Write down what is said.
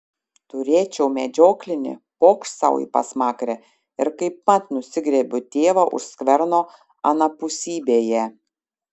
turėčiau medžioklinį pokšt sau į pasmakrę ir kaipmat nusigriebiu tėvą už skverno anapusybėje